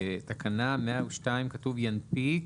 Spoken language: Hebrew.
בתקנה 102 כתוב "ינפיק